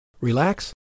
relax